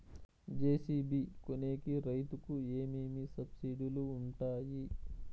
JCB కొనేకి రైతుకు ఏమేమి సబ్సిడి లు వుంటాయి?